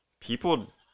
people